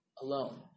alone